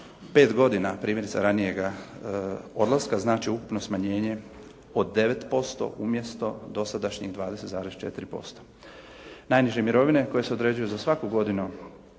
5 godina primjerice ranijega odlaska znači ukupno smanjenje od 9% umjesto dosadašnjih 20,4%. Najniže mirovine koje se određuju za svaku godinu